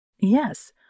Yes